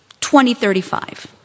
2035